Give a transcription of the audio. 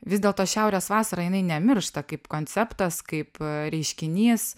vis dėlto šiaurės vasara jinai nemiršta kaip konceptas kaip reiškinys